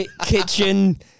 Kitchen